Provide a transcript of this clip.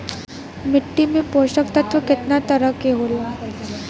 मिट्टी में पोषक तत्व कितना तरह के होला?